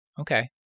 Okay